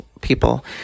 people